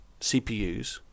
CPUs